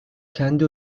kendi